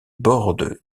bordes